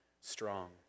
strong